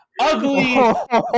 ugly